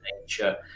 nature